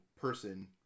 person